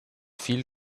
viel